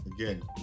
Again